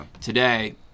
Today